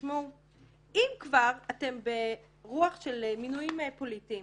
אם כבר אתם ברוח של מינויים פוליטיים,